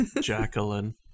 Jacqueline